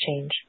change